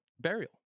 burial